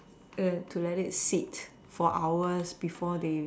eh to let it sit for hours before they